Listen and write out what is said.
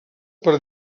per